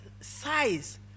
size